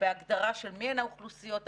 בהגדרה של מיהן האוכלוסיות המתגייסות.